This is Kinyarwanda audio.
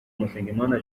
musengimana